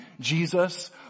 Jesus